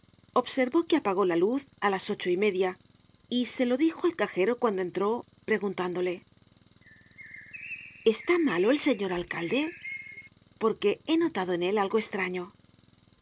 observó que apagó la luz á las ocho y media y se lo dijo al cajero cuando entró preguntándole está malo el señor alcalde porque he notado en él algo estraño